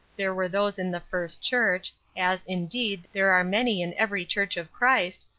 there were those in the first church, as, indeed, there are many in every church of christ,